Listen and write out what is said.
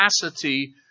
capacity